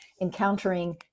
encountering